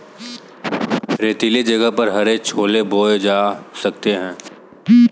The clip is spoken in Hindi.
रेतीले जगह पर हरे छोले बोए जा सकते हैं